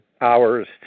hours